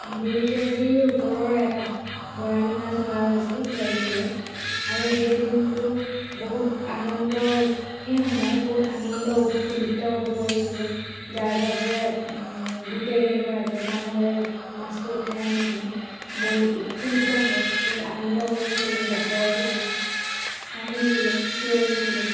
দুইকেজিৰ ওপৰৰ এটা বৰালি মাছ ধৰা হৈছিল ধৰিছিলোঁ আৰু সেই দিনটো বহুত আনন্দ সেই সময়ত বহুত আনন্দত উৎফুল্লিত হৈ পৰিছিলোঁ যাৰ বাবে গোটেইকেইগৰাকীয়ে বামলৈ মাছটো উঠাই আনি পিনে বহুত উৎফুল্লিত হৈ বহুত আনন্দ কৰিছিলোঁ জঁপিয়াইছিলোঁ হাঁহিছিলোঁ চিঞৰিছিলোঁ